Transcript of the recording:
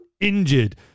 Injured